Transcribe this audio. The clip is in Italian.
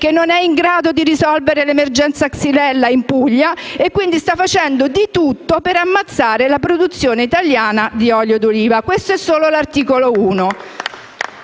che non è in grado di risolvere l'emergenza xylella in Puglia e che sta facendo di tutto per ammazzare la produzione italiana di olio d'oliva. Questo è solo l'articolo 1.